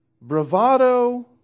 Bravado